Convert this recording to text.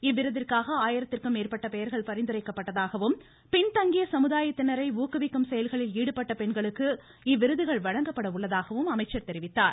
இவ்விருதிற்காக ஆயிரத்திற்கும் மேற்பட்ட பெயர்கள் பரிந்துரைக்கப்பட்டதாகவும் பின்தங்கிய சமுதாயத்தினரை ஊக்குவிக்கும் செயல்களில் ஈடுபட்ட பெண்களுக்கு இவ்விருதுகள் வழங்கப்பட உள்ளதாகவும் அமைச்சர் கூறினார்